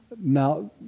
Now